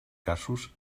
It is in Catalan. casos